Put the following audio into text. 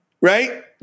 Right